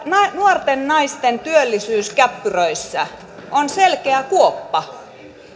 nuorten naisten työllisyyskäppyröissä on selkeä kuoppa